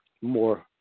more